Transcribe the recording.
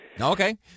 Okay